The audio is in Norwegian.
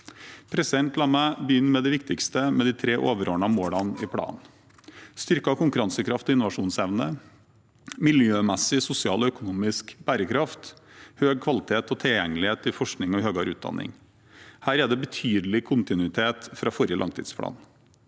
det viktigste, med de tre overordnede målene i planen: styrket konkurransekraft og innovasjonsevne, miljømessig, sosial og økonomisk bærekraft og høy kvalitet og tilgjengelighet i forskning og høyere utdanning. Her er det betydelig kontinuitet fra forrige langtidsplan.